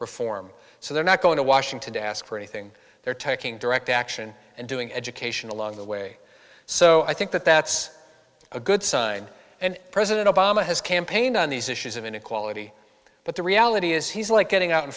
reform so they're not going to washington to ask for anything they're talking direct action and doing education along the way so i think that that's a good sign and president obama has campaigned on these issues of inequality but the reality is he's like getting out in